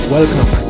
Welcome